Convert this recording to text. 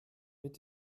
mit